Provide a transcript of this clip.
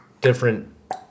different